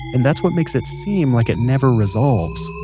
and that's what makes it seem like it never resolves.